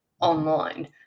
online